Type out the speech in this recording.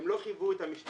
הם לא חייבו את המשתמשים,